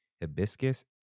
hibiscus